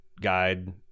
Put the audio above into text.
guide